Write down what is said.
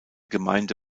gemeinde